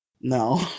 No